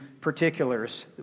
particulars